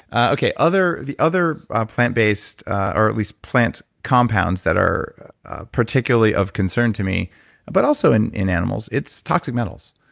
ah okay. the other plant-based or at least plant compounds that are particularly of concern to me but also in in animals, it's toxic metals.